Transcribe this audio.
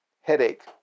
headache